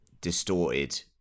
distorted